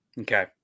okay